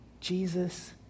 Jesus